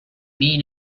mean